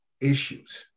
issues